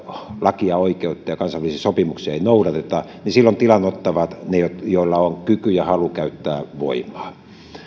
lakia ja oikeutta ja kansainvälisiä sopimuksia ei noudateta niin silloin tilan ottavat ne joilla on kyky ja halu käyttää voimaa